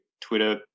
Twitter